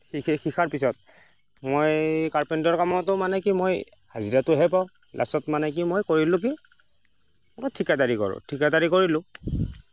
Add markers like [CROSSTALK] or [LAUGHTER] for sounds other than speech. [UNINTELLIGIBLE] শিকাৰ পিছত মই কাৰ্পেণ্টাৰৰ কামতো মানে কি মই হাজিৰাটোহে পাওঁ লাষ্টত মানে কি মই কৰিলোঁ কি অলপ ঠিকাদাৰি কৰোঁ ঠিকাদাৰি কৰিলোঁ